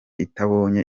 itabonye